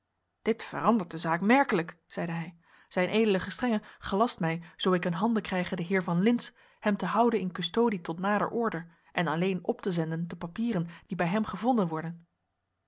dit verandert de zaak merkelijk zeide hij z ed gestr gelast mij zoo ik in handen krijge den heer van lintz hem te houden in custodie tot nader order en alleen op te zenden de papieren die bij hem gevonden worden